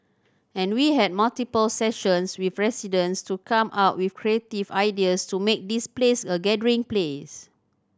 and we had multiple sessions with residents to come up with creative ideas to make this place a gathering place